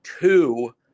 two